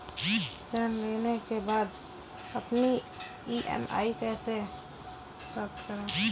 ऋण लेने के बाद अपनी ई.एम.आई कैसे पता करें?